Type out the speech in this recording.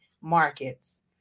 markets